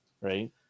Right